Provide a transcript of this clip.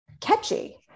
catchy